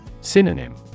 Synonym